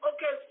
Okay